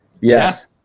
Yes